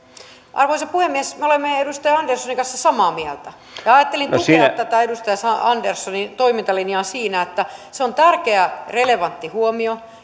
arvoisa puhemies me olemme edustaja anderssonin kanssa samaa mieltä ja ajattelin tukea tätä edustaja anderssonin toimintalinjaa on tärkeä relevantti huomio